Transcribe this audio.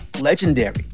Legendary